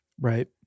Right